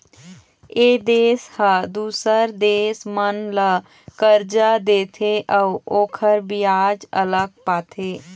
ए देश ह दूसर देश मन ल करजा देथे अउ ओखर बियाज अलग पाथे